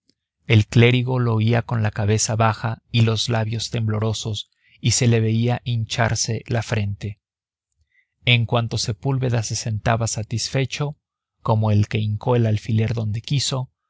el clérigo lo oía con la cabeza baja y los labios temblorosos y se le veía hincharse la frente en cuanto sepúlveda se sentaba satisfecho como el que hincó el alfiler donde quiso